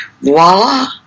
voila